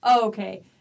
Okay